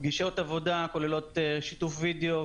פגישות עבודה שכוללות שיתוף וידאו,